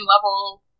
level